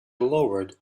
lowered